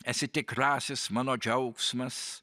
esi tikrasis mano džiaugsmas